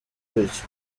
bityo